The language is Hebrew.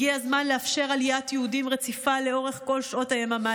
הגיע הזמן לאפשר עליית יהודים רציפה לאורך כל שעות היממה,